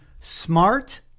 smart